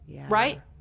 right